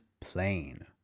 plain